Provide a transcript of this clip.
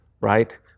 right